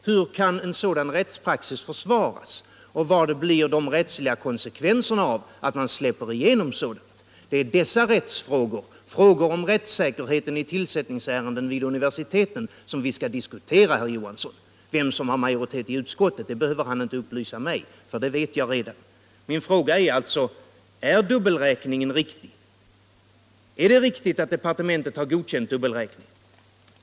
Hur kan en sådan rättspraxis försvaras och vilka blir de rättsliga konsekvenserna av att statsrådet släpper igenom sådant? Det är dessa rättsfrågor — frågor om rättssäkerheten i ärenden rörande tillsättning vid universiteten — som vi skall diskutera, herr Johansson. Vem som har majoritet i utskottet behöver ni inte upplysa mig om. Det vet jag redan. Min fråga är alltså: Är dubbelräkningen riktig? Är det riktigt att de partementet har godkänt dubbelräkning?